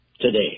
today